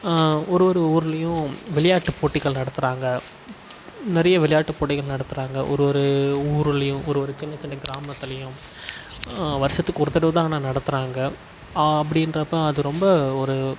ஒரு ஒரு ஊர்லேயும் விளையாட்டு போட்டிகள் நடத்துகிறாங்க நிறைய விளையாட்டு போட்டிகள் நடத்துகிறாங்க ஒரு ஒரு ஊருலேயும் ஒரு ஒரு சின்ன சின்ன கிராமத்துலேயும் வருடத்துக்கு ஒரு தடவை தான் ஆனால் நடத்துகிறாங்க அப்படின்றப்ப அது ரொம்ப ஒரு